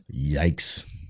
Yikes